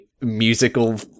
musical